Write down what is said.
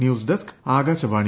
news desk Akashvani